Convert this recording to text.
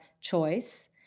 choice